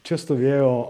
čia stovėjo